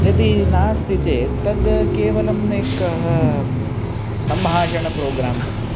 यदि नास्ति चेत् तद् केवलम् एकः सम्भाषणप्रोग्राम्